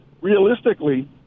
realistically